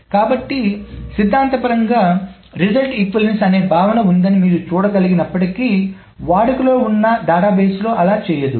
కాబట్టి సిద్ధాంతపరంగా ఫలిత సమానత్వం అనే భావన ఉందని మీరు చూడగలిగినప్పటికీ వాడుకలో ఉన్న డేటాబేస్ అలా చేయదు